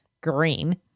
green